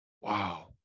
Wow